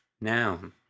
noun